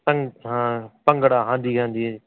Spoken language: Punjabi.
ਭੰ ਭੰਗੜਾ ਹਾਂਜੀ ਹਾਂਜੀ